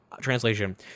translation